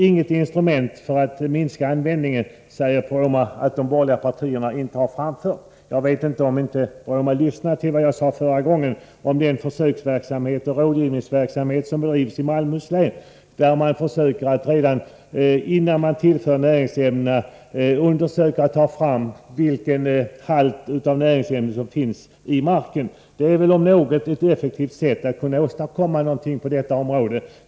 Inget instrument för att minska användningen av konstgödsel har de borgerliga partierna framfört förslag om, säger Bruno Poromaa. Jag vet inte om inte Bruno Poromaa lyssnade på vad jag sade förut om den försöksverksamhet med rådgivning som bedrivs i Malmöhus län. Där försöker man redan innan man tillför näringsämnena undersöka vilken halt av näringsämnen som finns i marken. Det är väl om något ett effektivt sätt att åstadkomma resultat på detta område.